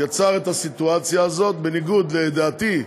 יצר את הסיטואציה הזאת, בניגוד לדעתי,